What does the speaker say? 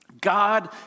God